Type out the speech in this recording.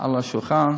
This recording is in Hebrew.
על השולחן.